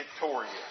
victorious